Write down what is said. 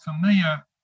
familiar